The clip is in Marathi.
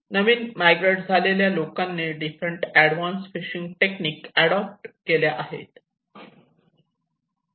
नवीन माय ग्रेट झालेल्या लोकांनी different advance fishing technique adopt केल्या आहेत